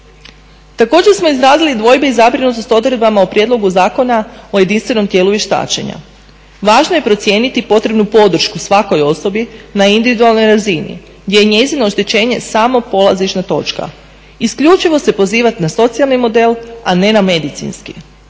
Također smo izrazili dvojbe i zabrinutost odredbama o prijedlogu zakona o jedinstvenom tijelu vještačenja. Važno je procijeniti potrebnu podršku svakoj osobi na individualnoj razini gdje je njezino oštećenje samo polazišna točka. Isključivo se pozivat na socijalni model, a ne na medicinski.